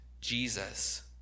Jesus